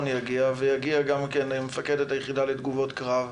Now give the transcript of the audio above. יגיע ואם תגיע מפקדת היחידה לתגובות קרב.